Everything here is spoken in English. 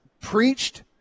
preached